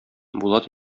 булат